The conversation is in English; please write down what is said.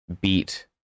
beat